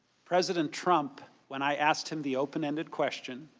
president trump, when i asked him the open ended question,